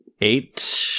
Eight